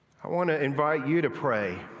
want to invite you to pray